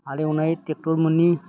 हालेवनाय ट्रेक्ट'र मोनि